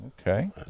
Okay